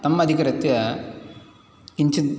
तम् अधिकृत्य किञ्चित्